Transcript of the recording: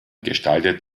gestaltet